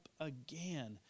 again